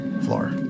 floor